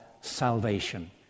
salvation